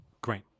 Great